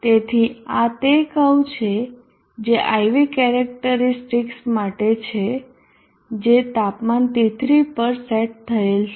તેથી આ તે કર્વ છે જે IV કેરેક્ટરીસ્ટિકસ માટે છે જે તાપમાન T3 પર સેટ થયેલ છે